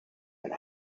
and